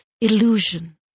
illusion